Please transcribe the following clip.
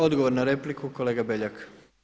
Odgovor na repliku, kolega Beljak.